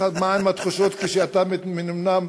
אז מה עם התחושות כשאתה מנומנם?